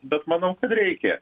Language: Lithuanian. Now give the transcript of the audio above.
bet manau kad reikės